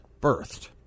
birthed